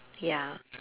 ya